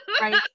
Right